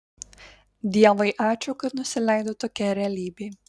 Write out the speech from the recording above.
dievui ačiū kad nusileido tokia realybė